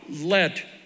let